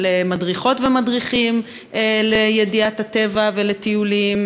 מדריכות ומדריכים לידיעת הטבע ולטיולים,